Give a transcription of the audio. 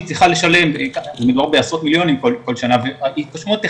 700 מיליון השקל הראשונים יועברו לטובת